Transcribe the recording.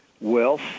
wealth